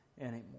anymore